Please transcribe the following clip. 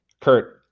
Kurt